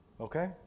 Okay